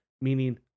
meaning